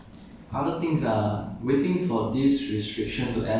but I mean there are still other things you want to do mah